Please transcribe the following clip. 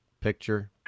picture